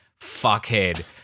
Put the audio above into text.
fuckhead-